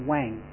Wang